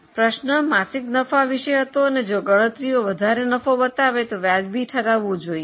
પ્રશ્ન માસિક નફો વિશે હતો અને જો ગણતરીઓ વધારે નફો બતાવે તો વાજબી ઠરાવવું જોયીયે